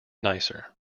nicer